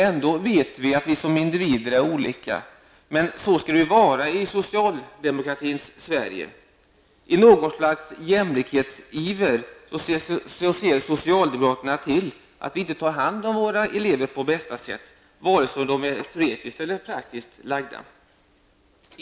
Ändå vet vi att vi som individer är olika, men så skall det vara i socialdemokratins Sverige. I något slags jämlikhetsiver ser socialdemokraterna till att vi inte tar hand om våra elever på bästa sätt, vare sig de är teoretisk eller praktiskt lagda.